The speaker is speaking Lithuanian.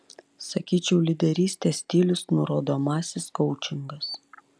sakyčiau lyderystės stilius nurodomasis koučingas